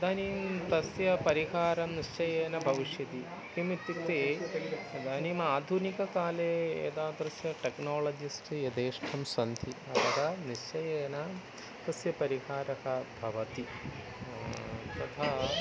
तदानीं तस्य परिहारं निश्चयेन भविष्यति किमित्युक्ते इदानीम् आधुनिककाले एतादृशः टेक्नाळजिस्ट् यथेष्टं सन्ति अथः निश्चयेन तस्य परिहारः भवति तथा